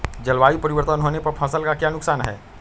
जलवायु परिवर्तन होने पर फसल का क्या नुकसान है?